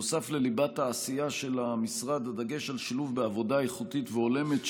נוסף לליבת העשייה של המשרד דגש על שילוב בעבודה איכותית והולמת,